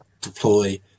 deploy